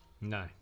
no